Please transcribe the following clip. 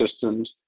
systems